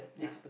yeah